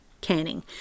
canning